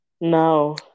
No